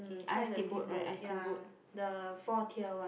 um try the steamboat ya the four tier one